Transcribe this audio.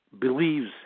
believes